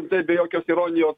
tai be jokios ironijos